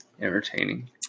entertaining